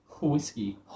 Whiskey